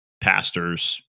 pastors